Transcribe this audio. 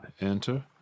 Enter